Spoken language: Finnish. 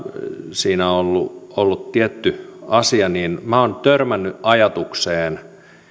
siinä on ollut tietty asia niin minä olen törmännyt ajatukseen